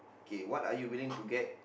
K what are you willing to get